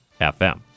fm